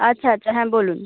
আচ্ছা আচ্ছা হ্যাঁ বলুন